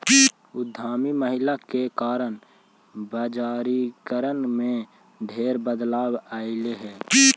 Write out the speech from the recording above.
उद्यमी महिलाओं के कारण बजारिकरण में ढेर बदलाव अयलई हे